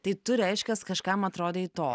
tai tu reiškias kažkam atrodei to